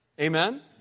Amen